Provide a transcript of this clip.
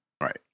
Right